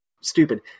stupid